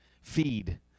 feed